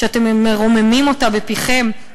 שאתם מרוממים אותה בפיכם,